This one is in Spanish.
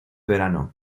verano